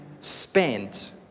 spent